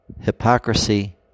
hypocrisy